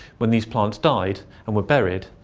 when these plants died and were buried,